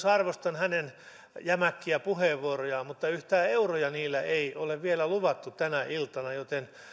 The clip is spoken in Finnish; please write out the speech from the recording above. arvostan ministeri risikon jämäkkiä puheenvuoroja mutta yhtään euroja niillä ei ole vielä luvattu tänä iltana joten